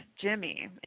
Jimmy